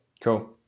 Cool